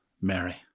Mary